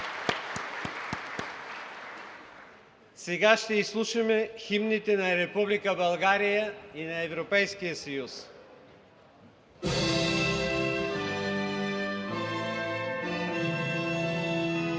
Сега ще изслушаме химните на Република България и на Европейския съюз.